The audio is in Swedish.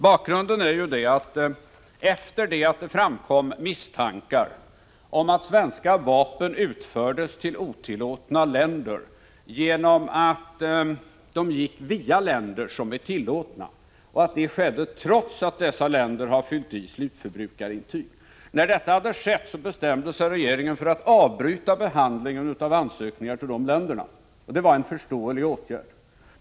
Bakgrunden är att det framkom misstankar om att svenska vapen utförts till otillåtna länder genom att de gick via länder som är tillåtna och att detta skett trots att dessa länder fyllt i slutförbrukarintyg. När dessa misstankar uppstått bestämde sig regeringen för att avbryta behandlingen av ansökningar om krigsmaterielexport till de länderna. Det var en förståelig åtgärd.